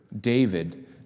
David